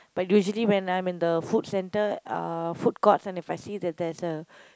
but usually when I'm in the food-centre uh food-courts and if I see that there's a